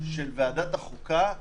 של ועדת החוקה,